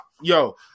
yo